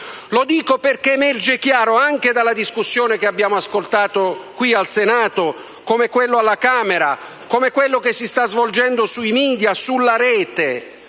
Lo dico perché ciò emerge chiaro dalla discussione che abbiamo ascoltato qui al Senato, da quella svolta alla Camera e da quella che si sta svolgendo sui *media* e sulla Rete.